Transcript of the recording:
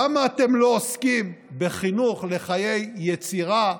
למה אתם לא עוסקים בחינוך לחיי יצירה,